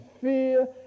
fear